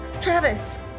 Travis